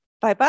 Bye-bye